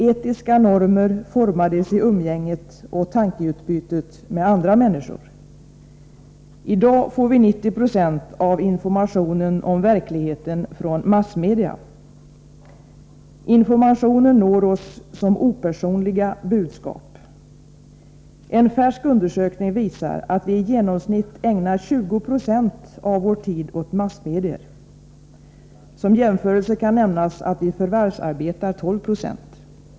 Etiska normer formades i umgänget och tankeutbytet med andra människor. I dag får vi 90 Zo av informationen om verkligheten från massmedia. Information når oss som opersonliga budskap. En färsk undersökning visar att vi i genomsnitt ägnar 20 96 av vår tid åt massmedier. Som jämförelse kan nämnas att vi förvärvsarbetar 12 96 av tiden.